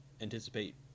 anticipate